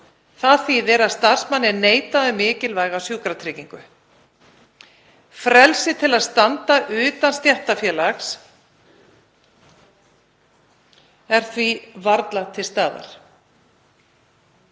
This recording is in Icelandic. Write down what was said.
Það þýðir að starfsmanni er neitað um mikilvæga sjúkratryggingu. Frelsi til að standa utan stéttarfélags er því varla til staðar.